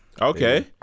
Okay